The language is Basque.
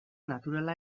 naturala